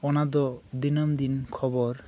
ᱚᱱᱟᱫᱚ ᱫᱤᱱᱟᱹᱢ ᱫᱤᱱ ᱠᱷᱚᱵᱚᱨ